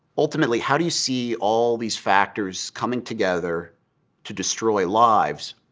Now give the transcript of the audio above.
ultimately, how do you see all these factors coming together to destroy lives?